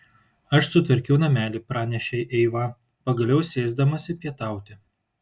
aš sutvarkiau namelį pranešė eiva pagaliau sėsdamasi pietauti